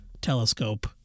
telescope